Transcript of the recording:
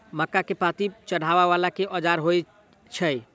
मक्का केँ पांति चढ़ाबा वला केँ औजार होइ छैय?